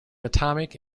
atomic